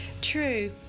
True